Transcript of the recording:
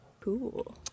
cool